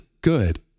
good